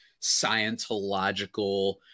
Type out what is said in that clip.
scientological